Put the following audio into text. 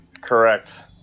Correct